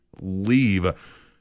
leave